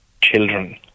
children